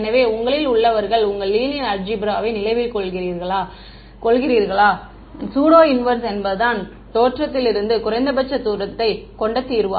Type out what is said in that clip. எனவே உங்களில் உள்ளவர்கள் உங்கள் லீனியர் அல்ஜிப்ராவை நினைவில் கொள்கிறார்கள் ஸுடோ இன்வெர்ஸ் என்பதுதான் தோற்றத்திலிருந்து குறைந்தபட்ச தூரத்தைக் கொண்ட தீர்வு